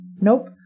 nope